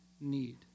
need